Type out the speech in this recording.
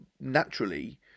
naturally